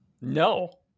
No